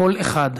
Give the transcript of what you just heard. קול אחד.